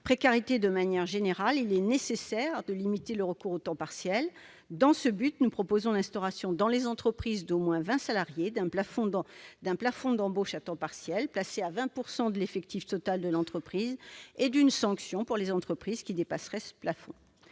précarité, de manière plus générale, il est nécessaire de limiter ce recours au temps partiel. Dans ce but, nous proposons l'instauration, dans les entreprises d'au moins vingt salariés, d'un plafond d'embauches à temps partiel, fixé à 20 % de l'effectif total de l'entreprise, ainsi que d'une sanction pour les entreprises qui dépasseraient ce plafond.